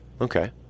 okay